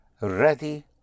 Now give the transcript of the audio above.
ready